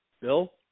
Bill